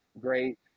Great